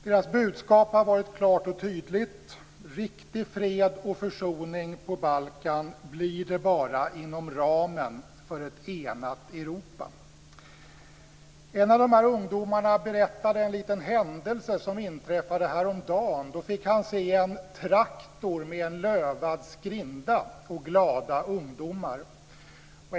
Deras budskap har varit klart och tydligt: riktig fred och försoning på Balkan blir det bara inom ramen för ett enat Europa. En av de här ungdomarna berättade om en liten händelse som inträffade häromdagen. Då fick han se en traktor med lövad skrinda och glada ungdomar.